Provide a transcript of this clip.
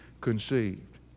conceived